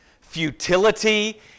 futility